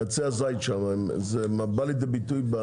זה בא לידי ביטוי?